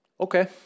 okay